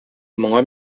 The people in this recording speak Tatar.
моңа